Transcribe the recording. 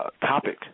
topic